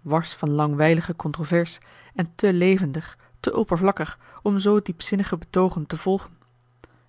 wars van langwijlige controvers en te levendig te oppervlakkig om zoo diepzinnige betoogen te volgen